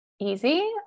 easy